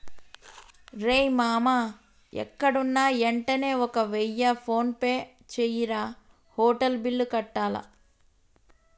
రేయ్ మామా ఎక్కడున్నా యెంటనే ఒక వెయ్య ఫోన్పే జెయ్యిరా, హోటల్ బిల్లు కట్టాల